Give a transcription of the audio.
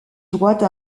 droite